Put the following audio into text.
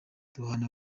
duhana